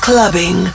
Clubbing